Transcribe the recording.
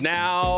now